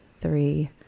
three